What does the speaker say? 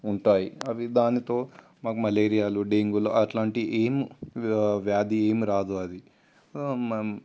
ఉంటాయి అవి దానితో మనకి మలేరియాలు డెంగ్యూలు అట్లాంటివి ఏమి వ్యాధి ఏమిరాదు అది